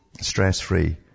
stress-free